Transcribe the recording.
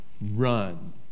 run